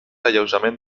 alleujament